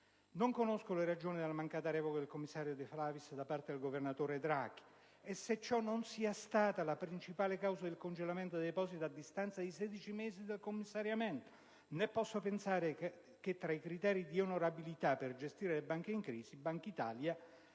Non conosco le ragioni della mancata revoca del commissario De Flaviis da parte del governatore Draghi e se ciò non sia stata la principale causa del congelamento dei depositi a distanza di 16 mesi dalla data del commissariamento, né posso pensare che tra i criteri di onorabilità per gestire le banche in crisi la Banca d'Italia acquisisca